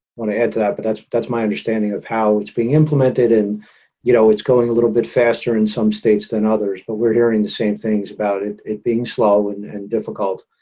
want to add to that. but that's but that's my understanding of how it's being implemented. and you know, it's going a little bit faster in some states than others, but we're hearing the same things about it it being slow and and difficult.